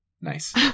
Nice